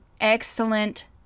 excellent